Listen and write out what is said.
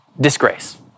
disgrace